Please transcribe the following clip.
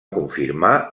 confirmar